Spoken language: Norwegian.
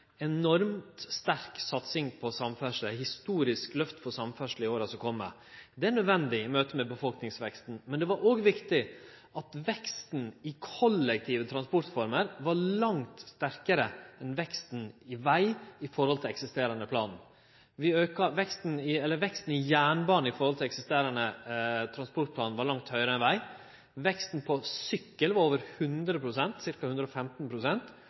enormt sterk satsing på samferdsle – eit historisk lyft for samferdsle – i åra som kjem. Det er nødvendig i møte med befolkningsveksten. Men det var òg viktig at veksten i kollektive transportformer var langt sterkare enn veksten i veg i forhold til eksisterande plan. Veksten i jernbane i eksisterande transportplan var langt høgare enn veksten i veg. Veksten når det gjeld sykkel var over